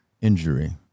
injury